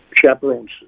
chaperones